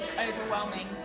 overwhelming